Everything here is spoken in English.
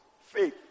faith